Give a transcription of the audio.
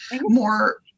more